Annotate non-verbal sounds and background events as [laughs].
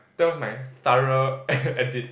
that was my thorough e~ [laughs] edit